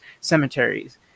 cemeteries